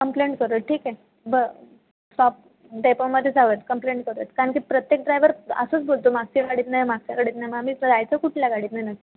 complaint करू ठीक आहे बरं डेपोमध्ये जाऊयात कंप्लेंट करूयात कारण की प्रत्येक ड्रायवर असंच बोलतो मागच्या गाडीतनं या मागच्या गाडीतनं या मग आम्ही जायचं कुठल्या गाडीतनं नक्की